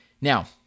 Now